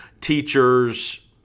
teachers